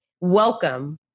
welcome